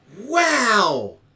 Wow